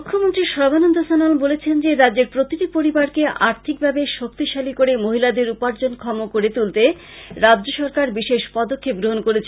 মুখ্যমন্ত্রী সর্বানন্দ সনোয়াল বলেছেন যে রাজ্যের প্রতিটি পরিবারকে আর্থিকভাবে শক্তিশালী করে মহিলাদের উপার্জনক্ষম করে তুলতে রাজ্য সরকার বিশেষ পদক্ষেপ গ্রহন করেছে